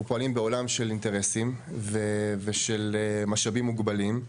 פועלים בעולם של אינטרסים ושל משאבים מוגבלים,